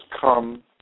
come